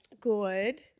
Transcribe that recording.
Good